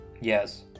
Yes